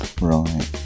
right